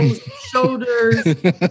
shoulders